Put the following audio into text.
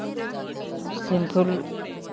अब तो सेम्फुल